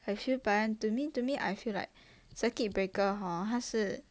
I feel but I feel to me to me I feel like circuit breaker hor 它是